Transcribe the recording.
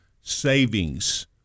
savings